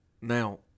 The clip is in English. Now